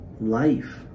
life